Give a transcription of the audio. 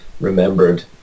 remembered